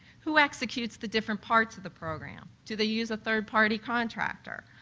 who executes the different parts of the program, do they use a third-party contractor?